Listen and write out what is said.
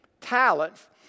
talents